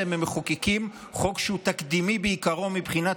שלמעשה הם מחוקקים חוק שהוא תקדימי בעיקרו מבחינת